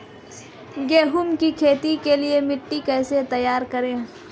गेहूँ की खेती के लिए मिट्टी कैसे तैयार करें?